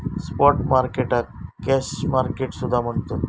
spot मार्केटाक cash market सुद्धा म्हणतत